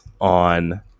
on